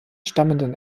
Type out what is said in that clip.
stammenden